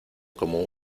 como